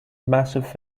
massive